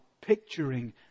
picturing